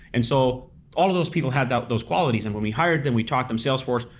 and so all of those people have those qualities, and when we hired them, we taught them sales force,